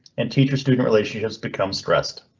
and teacher student relationships become stressed.